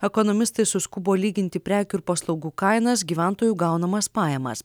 ekonomistai suskubo lyginti prekių ir paslaugų kainas gyventojų gaunamas pajamas